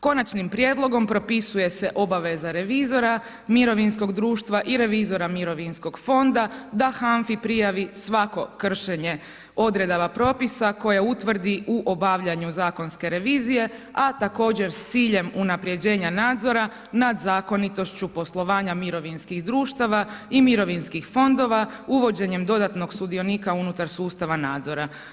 Konačnim prijedlogom propisuje se obaveza revizora mirovinskog društva i revizora mirovinskog fonda da HANFA-i prijavi svako kršenje odredaba propisa koje utvrdi u obavljanju zakonske revizije a također s ciljem unaprjeđenja nadzora nad zakonitošću poslovanja mirovinskih društava i mirovinskih fondova uvođenje dodatnog sudionika unutar sustava nadzora.